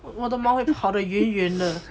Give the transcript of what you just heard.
我的猫会跑得远远的